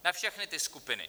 Na všechny ty skupiny.